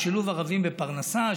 ועל שילוב ערבים בפרנסה,